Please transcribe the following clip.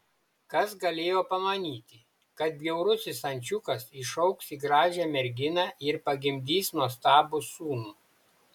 kas galėjo pamanyti kad bjaurusis ančiukas išaugs į gražią merginą ir pagimdys nuostabų sūnų